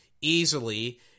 easily